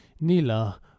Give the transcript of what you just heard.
nila